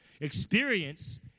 Experience